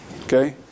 Okay